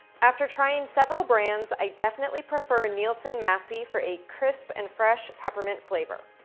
after trying several brands, i definitely prefer nielsen-massey for a crisp and fresh peppermint flavor.